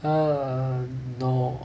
err no